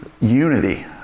unity